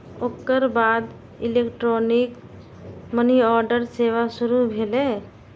ओकर बाद electronic money order सेवा शुरू भेलै